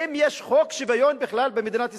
האם יש חוק שוויון בכלל במדינת ישראל?